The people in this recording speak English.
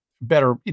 better